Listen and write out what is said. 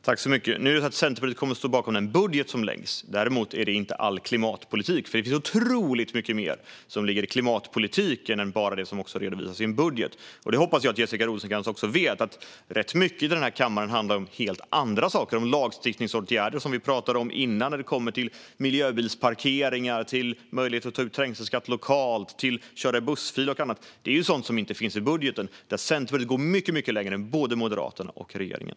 Fru talman! Centerpartiet kommer att stå bakom den budget som läggs fram, men det är inte all klimatpolitik. Det finns otroligt mycket mer som ligger i klimatpolitiken än bara det som redovisas i en budget. Jag hoppas att Jessica Rosencrantz vet att rätt mycket i denna kammare handlar om helt andra saker, bland annat om lagstiftningsåtgärder, som vi talade om tidigare, när det gäller miljöbilsparkeringar, möjlighet att ta ut trängselskatt lokalt och att köra i bussfil. Det är sådant som inte finns i budgeten, där Centerpartiet går mycket längre än både Moderaterna och regeringen.